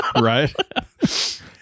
Right